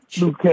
Luke